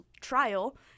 trial